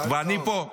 ואני פה.